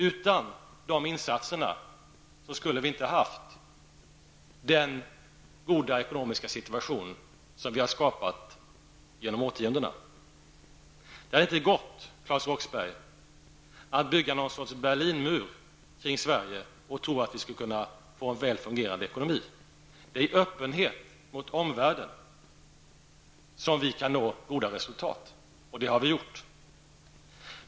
Utan dessa insatser skulle vi inte haft den goda ekonomiska situation som vi har skapat genom årtiondena. Det hade inte gått, Claes Roxbergh, att bygga någon sorts Berlinmur kring Sverige och tro att vi skulle kunna få en väl fungerande ekonomi. Det är i öppenhet mot omvärlden som vi kan nå goda resultat, och det har vi gjort.